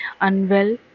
unwell